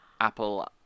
Apple